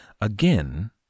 again